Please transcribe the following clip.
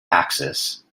axis